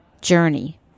journey